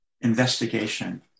investigation